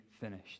finished